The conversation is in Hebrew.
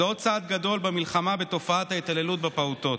זה עוד צעד גדול במלחמה בתופעת ההתעללות בפעוטות.